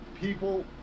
People